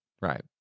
right